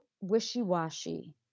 wishy-washy